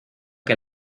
que